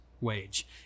wage